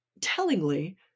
Tellingly